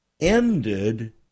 ended